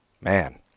Man